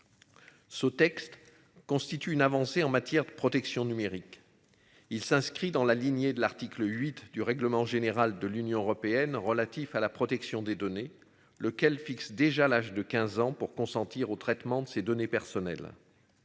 Ce texte constitue une avancée en matière de protection numérique. Il s'inscrit dans la lignée de l'article 8 du règlement général de l'Union européenne relatif à la protection des données, lequel fixe déjà l'âge de 15 ans pour consentir au traitement de ces données personnelles.